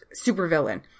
supervillain